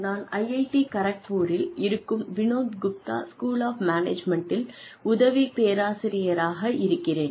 நான் IIT கரக்பூரில் இருக்கும் வினோத் குப்தா ஸ்கூல் ஆஃப் மேனேஜ்மெண்ட்டில் உதவி பேராசிரியராக இருக்கிறேன்